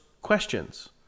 questions